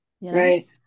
Right